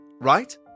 right